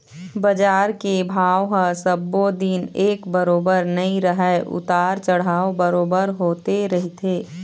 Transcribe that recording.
बजार के भाव ह सब्बो दिन एक बरोबर नइ रहय उतार चढ़ाव बरोबर होते रहिथे